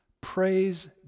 Praise